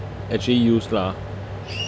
actually use lah